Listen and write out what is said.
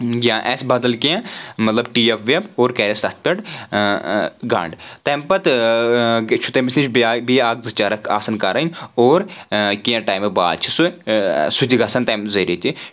یا آسہِ بدل کینٛہہ مطلب ٹیپ وَیپ اور کَرَیس تَتھ پؠٹھ گنٛڈ تمہِ پتہٕ چھُ تٔمِس نِش بیاکھ بیٚیہِ اکھ زٕ چَرَکھ آسان کرٕنۍ اور کینٛہہ ٹایِمہٕ باد چھِ سُہ سُہ تہِ گژھان تمہِ ذٔریعہِ تہِ